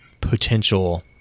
potential